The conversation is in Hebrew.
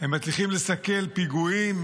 הם מצליחים לסכל פיגועים.